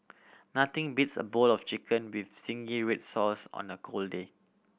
nothing beats a bowl of chicken with zingy red sauce on the cold day